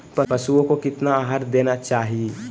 पशुओं को कितना आहार देना चाहि?